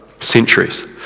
centuries